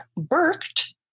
burked